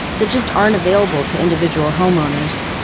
that just aren't available to individual homeowners.